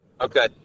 Okay